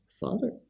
Father